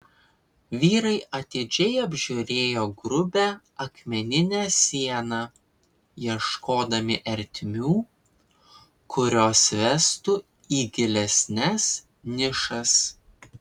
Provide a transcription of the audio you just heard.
vyrai atidžiai apžiūrėjo grubią akmeninę sieną ieškodami ertmių kurios vestų į gilesnes nišas